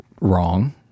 Wrong